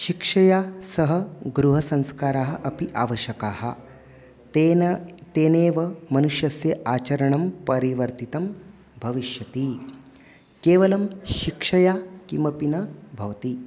शिक्षया सह गृहसंस्काराः अपि आवश्यकाः तेन तेनेव मनुष्यस्य आचरणं परिवर्तितं भविष्यति केवलं शिक्षया किमपि न भवति